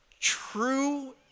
true